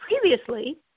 previously